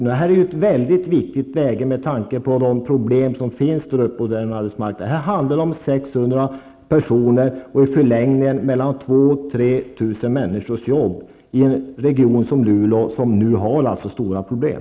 Det här är ett väldigt viktigt läge med tanke på de problem som finns på arbetsmarknaden där uppe. Här handlar det om 600 personer och i förlängningen om 2 000--3 000 människors jobb i en region som Luleå, som alltså nu har stora problem.